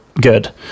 good